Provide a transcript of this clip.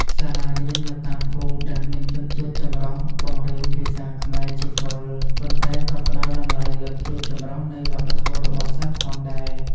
សាលារៀននៅតាមភូមិដែលមានជនជាតិចម្រុះបង្រៀនភាសាខ្មែរជាគោល ប៉ុន្តែក៏ផ្ដល់តម្លៃលើភាពចម្រុះនៃវប្បធម៌របស់សិស្សផងដែរ។